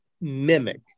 mimic